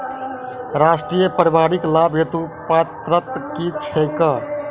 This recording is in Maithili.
राष्ट्रीय परिवारिक लाभ हेतु पात्रता की छैक